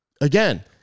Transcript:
Again